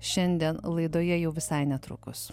šiandien laidoje jau visai netrukus